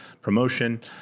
promotion